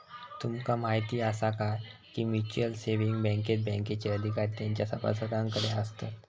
तुमका म्हायती आसा काय, की म्युच्युअल सेविंग बँकेत बँकेचे अधिकार तेंच्या सभासदांकडे आसतत